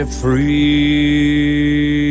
free